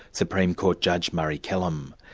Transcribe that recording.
supreme court judge murray kellam.